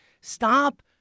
stop